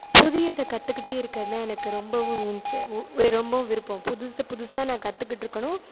புதியதை கற்றுக்கிட்டே இருக்கிறது தான் எனக்கு ரொம்பவும் இன்ட்ர ரொம்பவும் விருப்பம் புதுசு புதுசாக நான் கற்றுக்கிட்டுருக்கணும்